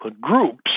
groups